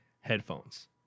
headphones